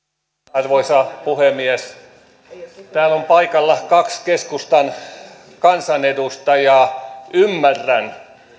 arvoisa puhemies täällä on paikalla kaksi keskustan kansanedustajaa ymmärrän